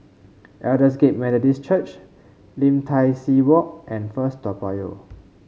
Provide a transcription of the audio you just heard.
Aldersgate Methodist Church Lim Tai See Walk and First Toa Payoh